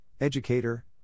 educator